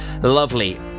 lovely